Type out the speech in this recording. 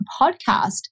podcast